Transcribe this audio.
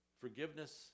Forgiveness